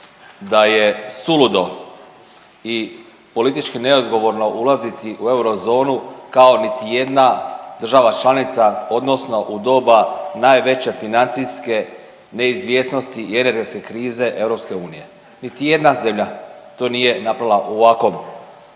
da je suludo i politički neodgovorno ulaziti u eurozonu kao niti jedna država članica odnosno u doba najveće financijske neizvjesnosti i energetske krize EU. Niti jedna zemlja to nije napravila u ovakvom